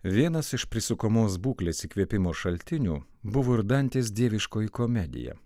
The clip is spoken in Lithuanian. vienas iš prisukamos būklės įkvėpimo šaltinių buvo ir dantės dieviškoji komedija